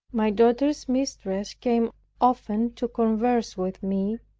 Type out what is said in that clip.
my daughter's mistress came often to converse with me,